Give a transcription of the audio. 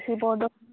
Sivadol